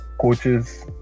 Coaches